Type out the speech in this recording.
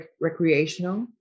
recreational